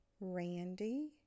Randy